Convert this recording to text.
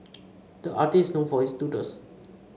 the artist is known for his doodles